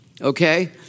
okay